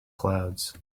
clouds